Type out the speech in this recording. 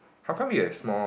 how come you have small